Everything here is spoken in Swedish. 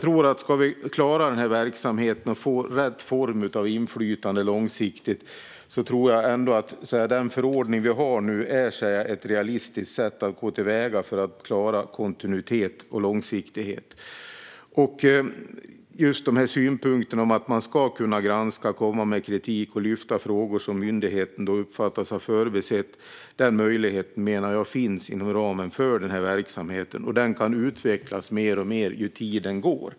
Om vi ska klara denna verksamhet och få rätt form av inflytande långsiktigt tror jag ändå att den förordning som vi nu har är ett realistiskt sätt att gå till väga för att klara kontinuitet och långsiktighet. När det gäller just dessa synpunkter om att man ska kunna granska, komma med kritik och lyfta fram frågor som myndigheten uppfattas ha förbisett menar jag att denna möjlighet finns inom ramen för denna verksamhet. Den kan utvecklas mer och mer ju längre tiden går.